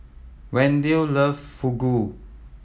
Wendel love Fugu